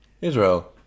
Israel